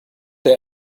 der